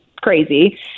crazy